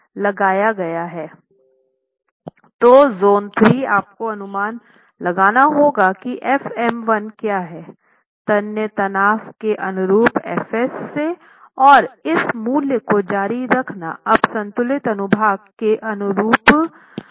तो जोन 3 आपको अनुमान लगाना होगा कि f m1 क्या है तन्य तनाव के अनुरूप F s से और इस मूल्य को जारी रखना अब संतुलित अनुभाग के अनुरूप मूल्य से कम है